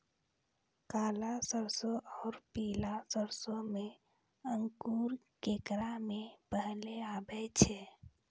काला सरसो और पीला सरसो मे अंकुर केकरा मे पहले आबै छै?